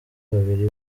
babiri